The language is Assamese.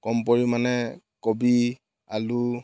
কম পৰিমাণে কবি আলু